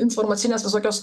informacinės visokios